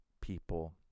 people